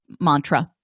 mantra